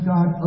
God